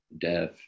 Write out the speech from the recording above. death